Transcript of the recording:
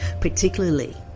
particularly